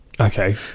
okay